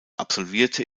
absolvierte